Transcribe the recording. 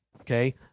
okay